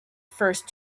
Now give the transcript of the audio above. first